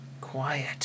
quiet